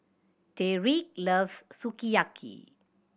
Tyreek loves Sukiyaki